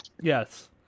Yes